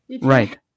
Right